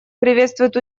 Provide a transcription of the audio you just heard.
приветствует